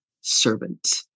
servant